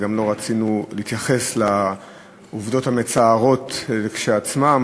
וגם לא רצינו להתייחס לעובדות המצערות כשלעצמן,